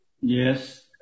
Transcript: Yes